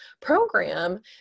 program